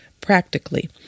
practically